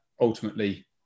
ultimately